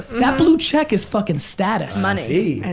that blue check is fuckin' status. money. and